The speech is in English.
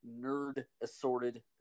nerd-assorted